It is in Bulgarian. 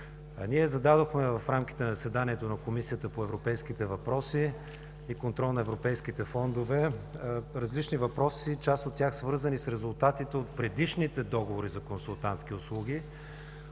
Ние зададохме в рамките на заседанието на Комисията по европейските въпроси и контрол на европейските фондове различни въпроси, част от тях свързани с резултатите от предишните договори за консултантски услуги